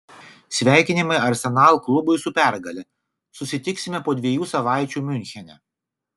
sveikinimai arsenal klubui su pergale susitiksime po dviejų savaičių miunchene